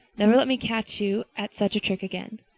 never let me catch you at such a trick again.